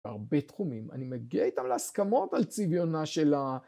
הרבה תחומים. אני מגיע איתם להסכמות על צוויונה של ה...